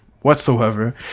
whatsoever